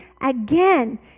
again